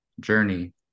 journey